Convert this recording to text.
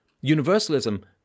Universalism